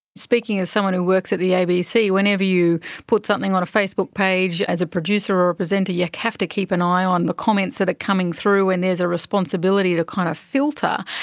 speaking as someone who works at the abc, whenever you put something on a facebook page as a producer or a presenter, you have to keep an eye on the comments that are coming through and there's a responsibility to kind of filter.